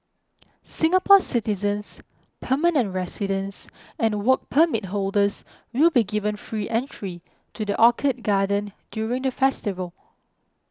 Singapore citizens permanent residents and Work Permit holders will be given free entry to the Orchid Garden during the festival